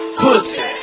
pussy